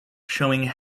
showing